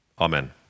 Amen